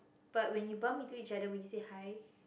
but when you bump into each other will you say hi